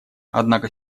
однако